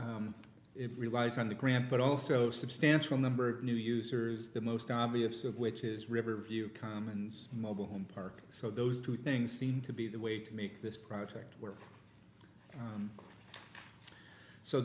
it relies on the grant but also substantial number of new users the most obvious of which is riverview commons mobile home park so those two things seem to be the way to make this project